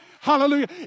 Hallelujah